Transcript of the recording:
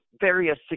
various